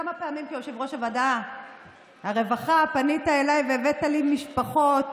כמה פעמים כיושב-ראש ועדת הרווחה פנית אליי והבאת לי משפחות